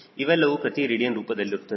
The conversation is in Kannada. ಇವೆಲ್ಲವೂ ಪ್ರತಿ ರೇಡಿಯನ್ ರೂಪದಲ್ಲಿರುತ್ತವೆ